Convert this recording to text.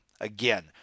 Again